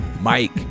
Mike